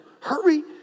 Hurry